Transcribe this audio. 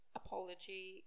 apology